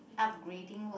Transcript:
upgrading work